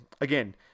Again